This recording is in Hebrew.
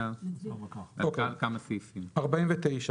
"49.